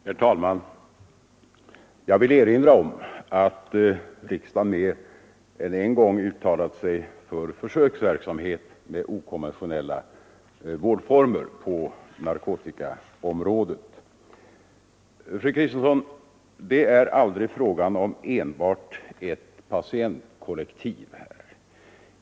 Herr talman! Jag vill erinra om att riksdagen mer än en gång uttalat sig för försöksverksamhet med okonventionella vårdformer på narkotikaområdet. Det är här, fru Kristensson, aldrig fråga om enbart ett patientkollektiv.